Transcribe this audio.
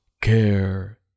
care